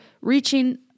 reaching